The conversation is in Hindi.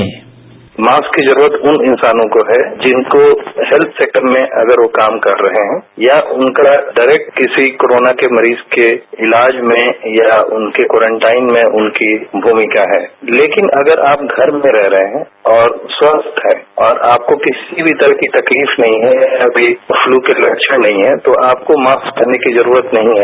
बाईट मास्क की जरूरत उन इंसानों को हैजिनको हेत्थ सेक्टर में काम कर रहे हैं या उनका डायरेक्ट किसी कोरोना मरीज के इलाजमें या उनके क्वारंटाइन में उनकी भूमिका हैलेकिन अगर आप घर में रह रहे हैं और स्वस्थ हैं और आपको किसी तरह तकलीफनहीं है या अमी पलू के लक्षण नहीं है तो आप को मास्क पहनने की जरूरत नहीं है